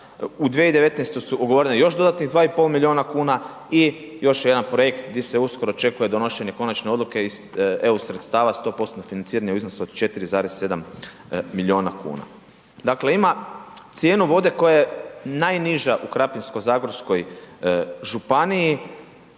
u 2019. su ugovorene još dodatnih 2,5 milijuna kuna i još je jedan projekt di se uskoro očekuje donošenje konačne odluke iz EU sredstava 100%-tnog financiranja u iznosu od 4,7 milijuna kuna. Dakle ima cijenu voda koja je najniža u Krapinsko-zagorskoj županiji,